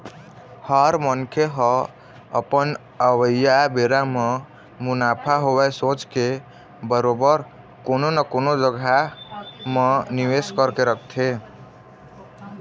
हर मनखे ह अपन अवइया बेरा म मुनाफा होवय सोच के बरोबर कोनो न कोनो जघा मन म निवेस करके रखथे